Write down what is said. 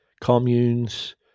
communes